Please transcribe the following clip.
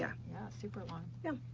yeah super long. yeah,